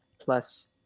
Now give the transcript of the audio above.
plus